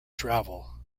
travel